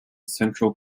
central